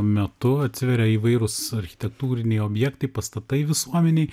metu atsiveria įvairūs architektūriniai objektai pastatai visuomenei